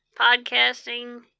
podcasting